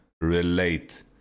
relate